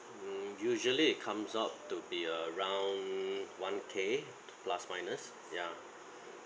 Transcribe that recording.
mm usually it comes up to be around one K plus minus ya